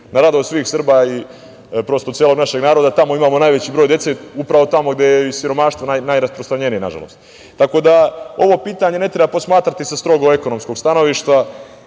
na radost svih Srba i prosto celog našeg naroda. Imamo najveći broj dece upravo tamo i gde je siromaštvo najrasprostranjenije nažalost. Ovo pitanje ne treba posmatrati sa strogo ekonomskog stanovišta.